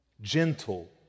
gentle